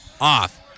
off